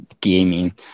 gaming